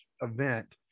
event